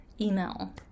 email